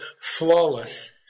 Flawless